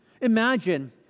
Imagine